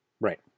Right